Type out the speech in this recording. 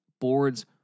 boards